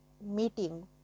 meeting